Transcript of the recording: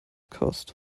costs